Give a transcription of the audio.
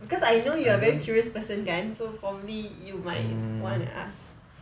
because I know you are a very curious person kan so probably you might want to ask